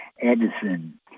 Edison